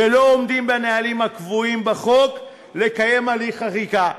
ולא עומדים בנהלים הקבועים בחוק לקיים הליך חקיקה.